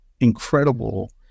incredible